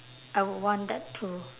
I would want that too